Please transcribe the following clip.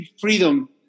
freedom